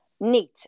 neat